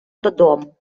додому